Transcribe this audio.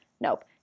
Nope